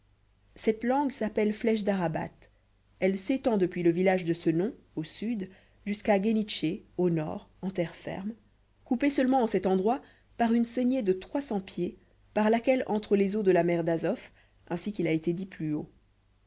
cette langue s'appelle flèche d'arabat elle s'étend depuis le village de ce nom au sud jusqu'à ghénitché au nord en terre ferme coupée seulement en cet endroit par une saignée de trois cents pieds par laquelle entrent les eaux de la mer d'azof ainsi qu'il a été dit plus haut